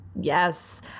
Yes